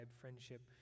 friendship